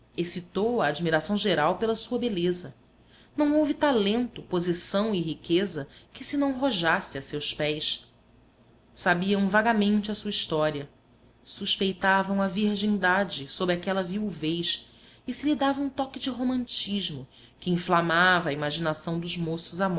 excitou a admiração geral pela sua beleza não houve talento posição e riqueza que se não rojasse a seus pés sabiam vagamente a sua história suspeitavam a virgindade sob aquela viuvez e se lhe dava um toque de romantismo que inflamava a imaginação dos moços